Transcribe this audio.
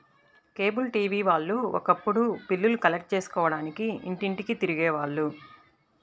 cable TV వాళ్ళు ఒకప్పుడు బిల్లులు కలెక్ట్ చేసుకోడానికి ఇంటింటికీ తిరిగే వాళ్ళు